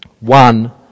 One